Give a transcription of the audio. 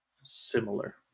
similar